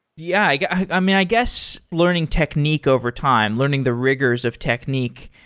yeah yeah. i mean, i guess learning technique over time, learning the rigors of technique.